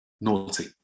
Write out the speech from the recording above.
naughty